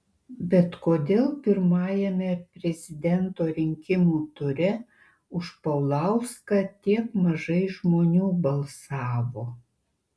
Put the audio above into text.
bet kodėl pirmajame prezidento rinkimų ture už paulauską tiek mažai žmonių balsavo